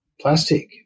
plastic